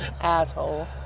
asshole